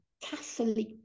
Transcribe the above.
Catholic